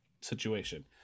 situation